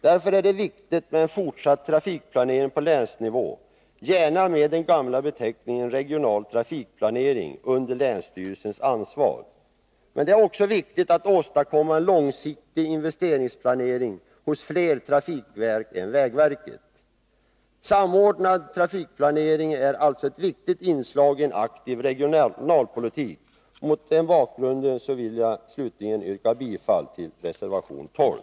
Därför är det viktigt med en fortsatt trafikplanering på länsnivå, gärna med den gamla beteckningen ”regional trafikplanering” under länsstyrelsens ansvar. Men det är också viktigt att åstadkomma en långsiktig investeringsplanering hos flera trafikverk än vägverket. Samordnad trafikplanering är alltså ett viktigt inslag i en aktiv regionalpolitik. Mot den bakgrunden vill jag slutligen yrka bifall till reservation 12.